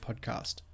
podcast